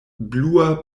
blua